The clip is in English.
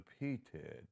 repeated